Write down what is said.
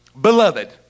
beloved